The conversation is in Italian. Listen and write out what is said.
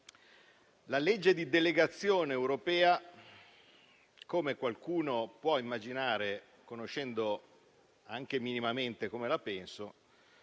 la legge di delegazione europea, come qualcuno può immaginare conoscendo anche minimamente come la penso,